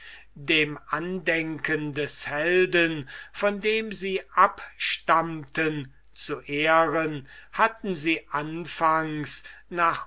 dem andenken des helden von dem sie abstammten zu ehren hatten sie anfangs nach